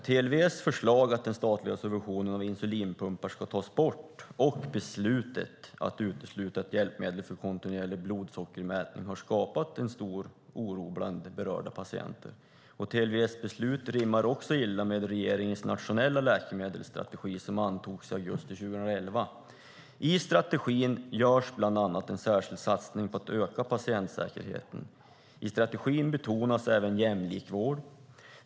TLV:s förslag att den statliga subventionen av insulinpumpar ska tas bort och beslutet att utesluta ett hjälpmedel för kontinuerlig blodsockermätning har skapat en stor oro bland berörda patienter. TLV:s beslut rimmar också illa med regeringens nationella läkemedelsstrategi som antogs i augusti 2011. I strategin görs bland annat en särskild satsning på att öka patientsäkerheten. I strategin betonas även jämlik vård.